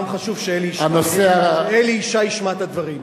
גם חשוב שאלי ישי ישמע את הדברים.